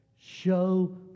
Show